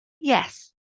yes